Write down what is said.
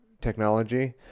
technology